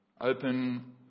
Open